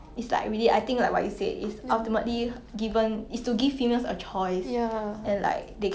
um wait ah I don't know why my screen like that